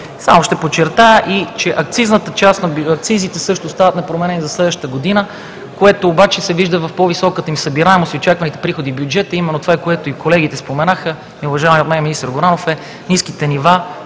Само ще подчертая, че акцизите също остават непроменени за следващата година, което обаче се вижда в по-високата им събираемост и очакваните приходи в бюджета. Именно това, което и колегите споменаха, и уважаваният от мен министър Горанов, са ниските нива,